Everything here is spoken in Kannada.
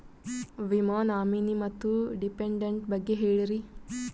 ವಿಮಾ ನಾಮಿನಿ ಮತ್ತು ಡಿಪೆಂಡಂಟ ಬಗ್ಗೆ ಹೇಳರಿ?